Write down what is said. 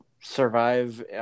survive